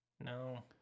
No